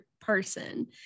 person